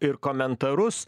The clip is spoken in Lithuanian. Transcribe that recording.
ir komentarus